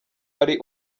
ari